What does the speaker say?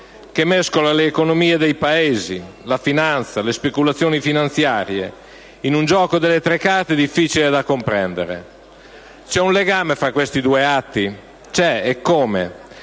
che mescola le economie dei Paesi, la finanza, le speculazioni finanziarie, in un gioco delle tre carte difficile da comprendere. C'è un legame fra questi due atti? C'è, eccome.